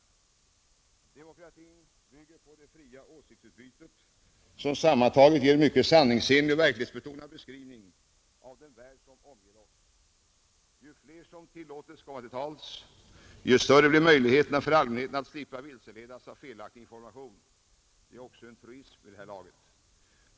Demokratin bygger på det fria åsiktsutbytet, som sammantaget ger en mycket sanningsenlig och verklighetsbetonad beskrivning av den värld som omger oss. Ju fler som tillåtes komma till tals, desto större blir möjligheterna för allmänheten att slippa vilseledas av felaktig informa tion. Den saken är vid detta laget en truism.